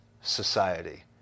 society